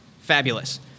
fabulous